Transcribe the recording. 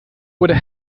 oder